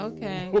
Okay